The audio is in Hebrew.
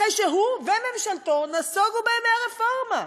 אחרי שהוא וממשלתו נסוגו מהרפורמה.